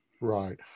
Right